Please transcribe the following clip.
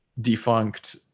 defunct